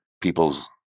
people's